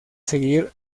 seguir